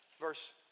Verse